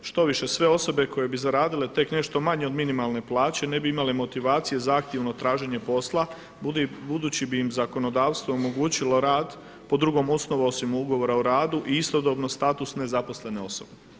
Štoviše sve osobe koje bi zaradile tek nešto manje od minimalne plaće ne bi imale motivacije za aktivno traženje posla, budući bi im zakonodavstvo omogućilo rad po drugom osnovu osim ugovora o radu i istodobno status nezaposlene osobe.